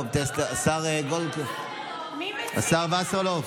השר וסרלאוף,